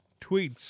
tweets